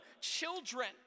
children